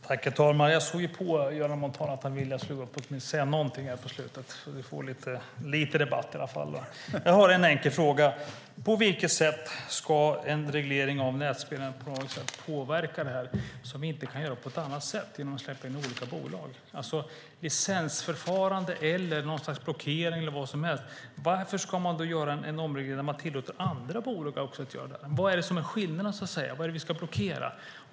Herr talman! Jag såg på Göran Montan att han ville att jag skulle gå upp och säga åtminstone något så här på slutet så att vi i varje fall får lite debatt. Jag har en enkel fråga. På vilket sätt ska en reglering av nätspelandet på något sätt påverka så att vi inte kan göra det på annat sätt än genom att släppa in bolag? Det talas om licensförfarande, något slag blockering eller vad som helst. Varför ska man göra omreglering där man tillåter också andra bolag att göra detta? Vad är skillnaden? Vad är det vi ska blockera?